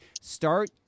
Start